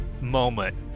moment